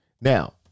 Now